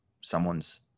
someone's